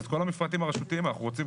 כל המפרטים הרשותיים אנחנו רוצים,